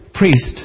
Priest